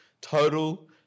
total